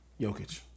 Jokic